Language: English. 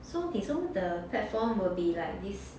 so okay so the platform will be like this